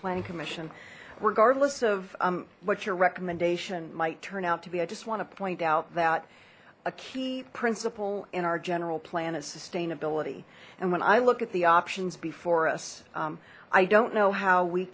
planning commission regardless of what your recommendation might turn out to be i just want to point out that a key principle in our general plan is sustainability and when i look at the options before us i don't know how we